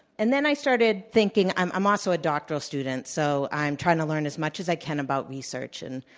and then i started thinking i'm i'm also a doctoral student so i'm trying to learn as much as i can about research and